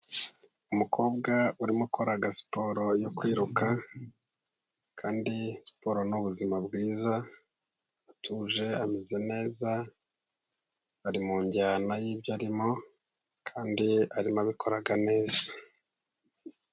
Umukobwa urimo ukora siporo yo kwiruka, kandi siporo ni ubuzima bwiza, aratuje, ameze neza. ari mu njyana y'ibyo arimo, kandi arimo abikora neza.